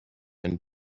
and